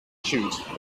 cute